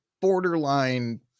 borderline